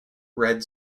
red